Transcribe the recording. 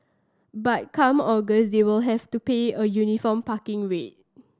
but come August they will have to pay a uniform parking rate